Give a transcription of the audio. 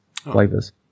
flavors